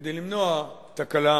כדי למנוע תקלה,